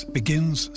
begins